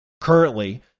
Currently